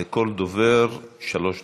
לכל דובר שלוש דקות.